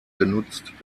genutzt